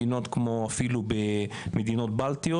מדינות בלטיות?